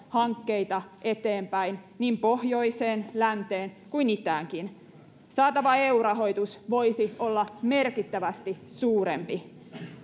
hankkeita eteenpäin niin pohjoiseen länteen kuin itäänkin saatava eu rahoitus voisi olla merkittävästi suurempi